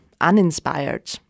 uninspired